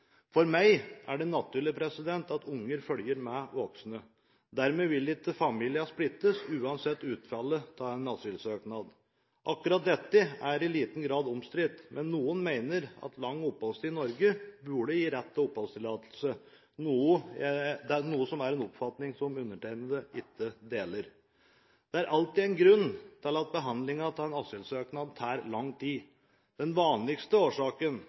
For meg er det naturlig at barn følger med voksne. Dermed vil ikke familier splittes uansett utfallet av en asylsøknad. Akkurat dette er i liten grad omstridt, men noen mener at lang oppholdstid i Norge burde gi rett til oppholdstillatelse, noe som er en oppfatning som undertegnede ikke deler. Det er alltid en grunn til at behandlingen av en asylsøknad tar lang tid. Den vanligste årsaken